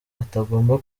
atagomba